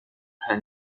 her